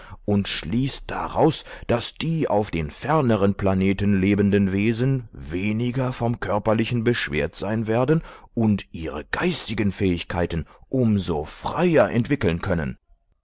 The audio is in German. und schließt daraus daß die auf den ferneren planeten lebenden wesen weniger vom körperlichen beschwert sein werden und ihre geistigen fähigkeiten um so freier entwickeln können